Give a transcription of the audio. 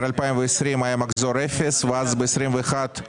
ב-2020-2019 היה מחזור אפס, וב-2021 הוא